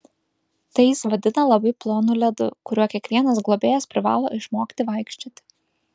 tai jis vadina labai plonu ledu kuriuo kiekvienas globėjas privalo išmokti vaikščioti